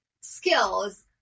skills